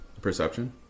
Perception